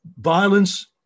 violence